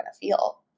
feel